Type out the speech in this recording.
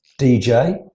DJ